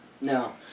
No